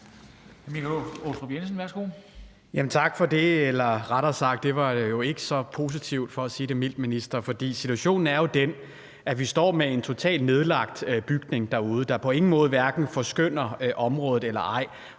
sagt: Det var jo ikke så positivt, for at sige det mildt, minister. For situationen er jo den, at vi står med en totalt nedlagt bygning, der på ingen måde forskønner området derude.